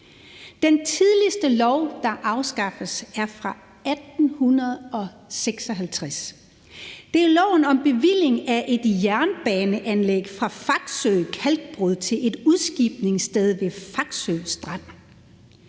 Den tidligste lov, der afskaffes, er fra 1856. Det er loven angående Bevilling af en Jernbanes Anlæg fra Faxøe Kalkbrud til et Udskibningssted ved Faxøe Strand.